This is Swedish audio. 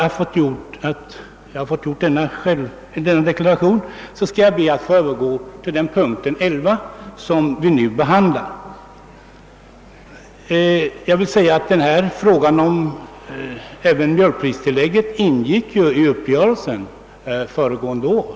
Efter att ha gjort denna deklaration skall jag be att få övergå till punkten 11. Jag vill då först säga att även frågan om mjölkpristillägget ingick i uppgörelsen föregående år.